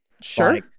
Sure